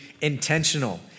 intentional